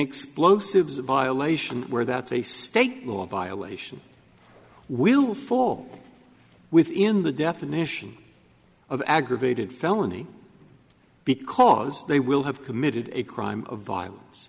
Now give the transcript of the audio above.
explosives violation where that's a state law violation will fall within the definition of aggravated felony because they will have committed a crime of violence